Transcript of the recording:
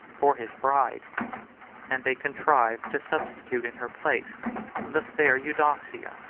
for his bride and they contrived to substitute in her place the fair eudoxia,